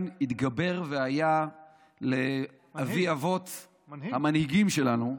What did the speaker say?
הוא התגבר והיה לאבי-אבות המנהיגים שלנו.